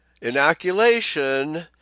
inoculation